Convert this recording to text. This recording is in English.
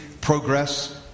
progress